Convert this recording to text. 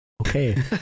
Okay